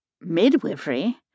Midwifery